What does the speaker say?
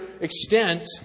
extent